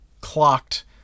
clocked